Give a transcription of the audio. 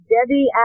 Debbie